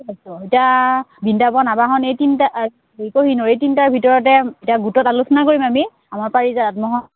এতিয়া বৃন্দাবন আৱাহন এই তিনটা হেৰি কহিণুৰ এই তিনটাৰ ভিতৰতে এতিয়া গোটত আলোচনা কৰিম আমি আমাৰ পাৰিজাত আত্মসহায়ক